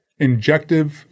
Injective